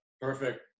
Perfect